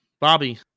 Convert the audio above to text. Bobby